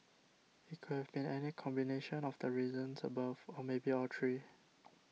it could have been any combination of the reasons above or maybe all three